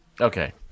okay